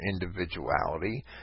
individuality